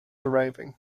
arriving